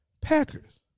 Packers